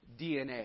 DNA